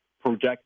project